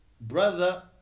brother